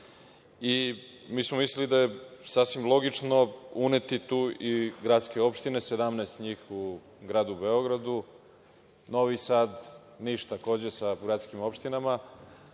Mi smo mislili da je sasvim logično uneti tu i gradske opštine, 17 njih u gradu Beogradu, Novi Sad, Niš takođe sa gradskim opštinama.